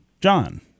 John